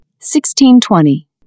1620